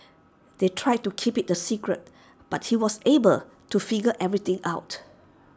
they tried to keep IT A secret but he was able to figure everything out